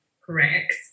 correct